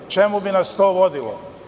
Čemu bi nas to vodilo?